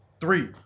three